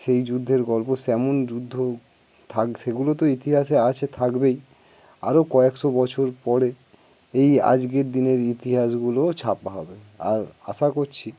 সেই যুদ্ধের গল্প সেমন যুদ্ধ থাক সেগুলো তো ইতিহাসে আছে থাকবেই আরও কয়েকশো বছর পরে এই আজকের দিনের ইতিহাসগুলো ছাপা হবে আর আশা করছি